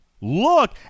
Look